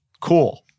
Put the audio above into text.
cool